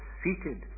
seated